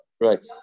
Right